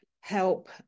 help